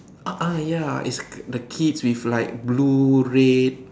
ah ah ya is the kids with like blue red